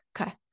okay